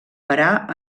parar